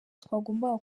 twagombaga